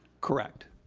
correct.